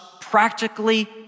practically